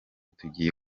tugiye